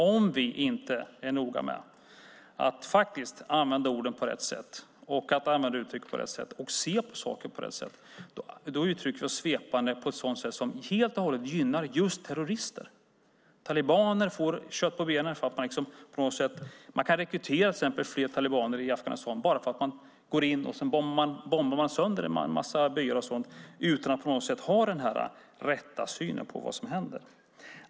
Om vi inte är noga med att använda ord och uttryck på rätt sätt och se på saker på rätt sätt uttrycker vi oss svepande så att det helt och hållet gynnar just terrorister. Talibaner får kött på benen för att kunna rekrytera fler talibaner i Afghanistan bara därför att man går in och bombar sönder en massa byar utan att ha rätt syn på vad som händer.